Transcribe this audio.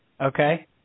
Okay